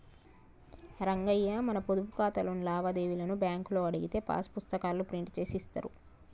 రంగయ్య మన పొదుపు ఖాతాలోని లావాదేవీలను బ్యాంకులో అడిగితే పాస్ పుస్తకాల్లో ప్రింట్ చేసి ఇస్తారు